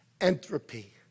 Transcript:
entropy